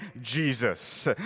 Jesus